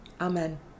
Amen